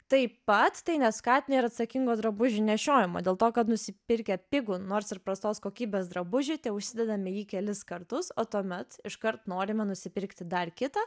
taip pat tai neskatina ir atsakingo drabužių nešiojimo dėl to kad nusipirkę pigų nors ir prastos kokybės drabužį teužsidedame jį kelis kartus o tuomet iškart norime nusipirkti dar kitą